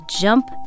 jump